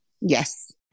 Yes